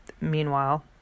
meanwhile